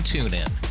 TuneIn